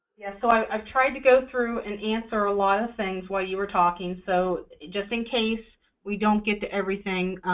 yeah so i've tried to go through and answer a lot of things while you were talking, so just in case we don't get to everything,